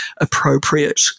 appropriate